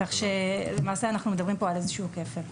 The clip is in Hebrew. למעשה אנחנו מדברים כאן על איזשהו כפל.